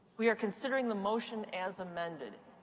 we are considering the motion as amended.